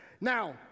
Now